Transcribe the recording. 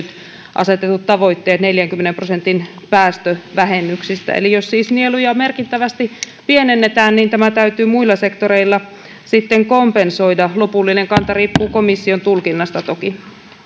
asetetut tavoitteet neljänkymmenen prosentin päästövähennyksistä eli jos siis nieluja merkittävästi pienennetään tämä täytyy muilla sektoreilla sitten kompensoida lopullinen kanta riippuu komission tulkinnasta toki